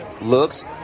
looks